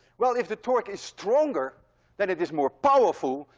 well, if the torque is stronger then it is more powerful,